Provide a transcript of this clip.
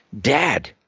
Dad